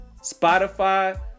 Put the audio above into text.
Spotify